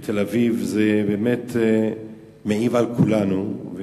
בתל-אביב, וזה מעיב על כולנו.